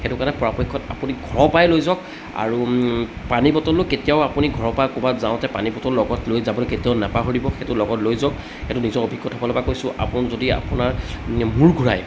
সেইটো কাৰণে পৰাপক্ষত আপুনি ঘৰৰ পৰাই লৈ যাওক আৰু পানী বটলো কেতিয়াও আপুনি ঘৰৰ পৰা ক'ৰবাত যাওঁতে পানী বটল লগত লৈ যাবলৈ কেতিয়াও নাপাহৰিব সেইটো লগত লৈ যাওক সেইটো নিজৰ অভিজ্ঞতাৰ ফালৰ পৰা কৈছোঁ আপোন যদি আপোনাৰ মূৰ ঘূৰাই